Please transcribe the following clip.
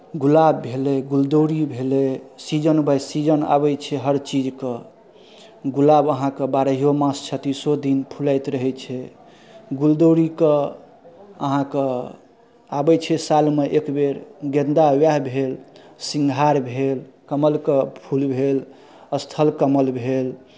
गुलाब भेलै गुलदाउदी भेलै सीजन बाइ सीजन आबै छै हर चीजके गुलाब अहाँके बारहो मास छत्तीसो दिन फुलाइत रहै छै गुलदाउदीके अहाँकेँ आबै छै सालमे एकबेर गेन्दा उएह भेल सिंहार भेल कमलके फूल भेल स्थल कमल भेल